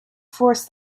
force